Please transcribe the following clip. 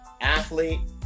athlete